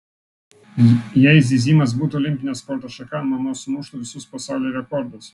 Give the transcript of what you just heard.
jei zyzimas būtų olimpinė sporto šaka mama sumuštų visus pasaulio rekordus